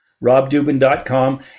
robdubin.com